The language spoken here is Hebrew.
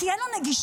תהיה לו נגישות.